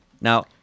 Now